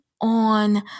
On